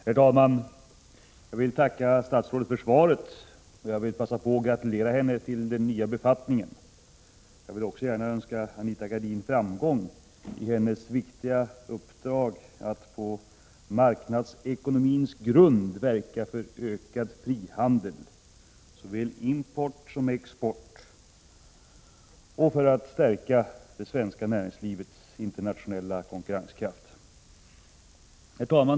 Herr talman! Jag vill tacka statsrådet för svaret och passar på att gratulera henne till den nya befattningen. Jag vill också gärna önska Anita Gradin framgång i hennes viktiga uppdrag att på marknadsekonomins grund verka för ökad frihandel, såväl import som export, och för att stärka det svenska näringslivets internationella konkurrenskraft. Herr talman!